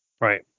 right